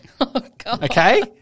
Okay